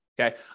Okay